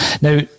now